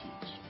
teach